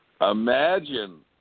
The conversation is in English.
Imagine